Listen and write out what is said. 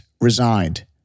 resigned